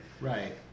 Right